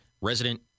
Resident